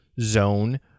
zone